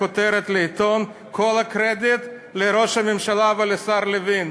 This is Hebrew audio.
לכותרת לעיתון: כל הקרדיט לראש הממשלה ולשר לוין.